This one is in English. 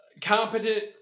Competent